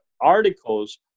articles